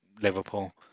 Liverpool